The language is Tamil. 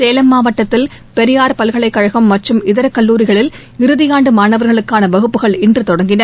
சேலம் மாவட்டத்தில் பெரியார் பல்கலைக்கழகம் மற்றும் இதர கல்லூரிகளில் இறுதி ஆண்டு மாணவர்களுக்கான வகுப்புகள் இன்று தொடங்கின